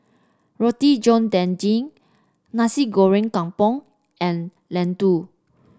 Roti John Daging Nasi Goreng Kampung and laddu